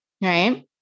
right